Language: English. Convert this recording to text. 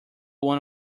one